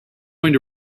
going